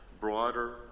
broader